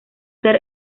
ser